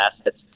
assets